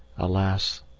alas!